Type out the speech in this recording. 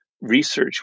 research